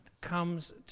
comes